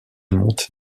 monte